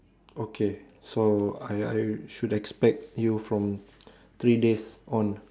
okay so I I should expect you from three days on